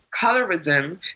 colorism